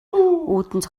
үүдэнд